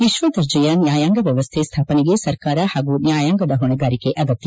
ವಿಶ್ವದರ್ಜೆಯ ನ್ಯಾಯಾಂಗ ವ್ಯವಸ್ಥೆ ಸ್ಥಾಪನೆಗೆ ಸರ್ಕಾರ ಹಾಗೂ ನ್ಯಾಯಾಂಗದ ಹೊಣೆಗಾರಿಕೆ ಅಗತ್ಯ